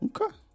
Okay